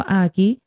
aqui